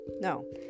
no